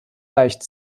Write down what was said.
leicht